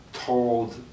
Told